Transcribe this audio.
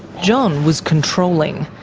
john was controlling,